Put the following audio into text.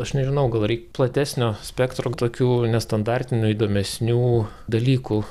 aš nežinau gal reik platesnio spektro tokių nestandartinių įdomesnių dalykų